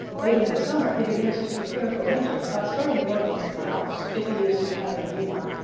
late in the summer he begins to prepare for winter by starting work on his house, if he is to have a new one.